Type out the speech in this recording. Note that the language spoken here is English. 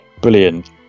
brilliant